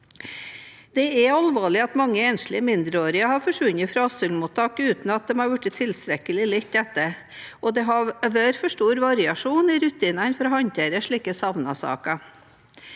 Det er alvorlig at mange enslige mindreårige har forsvunnet fra asylmottak uten at de har blitt tilstrekkelig lett etter, og det har vært for stor variasjon i rutinene for å håndtere slike savnet-saker.